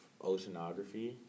oceanography